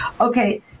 Okay